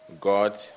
God